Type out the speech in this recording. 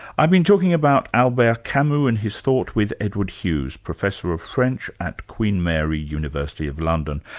i've been talking about albert camus and his thought, with edward hughes, professor of french at queen mary university of london.